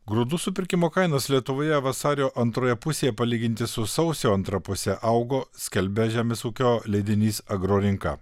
grūdų supirkimo kainos lietuvoje vasario antroje pusėje palyginti su sausio antra puse augo skelbia žemės ūkio leidinys agrorinka